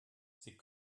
sie